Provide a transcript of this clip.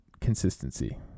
consistency